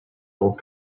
gold